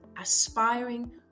aspiring